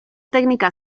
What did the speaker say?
teknika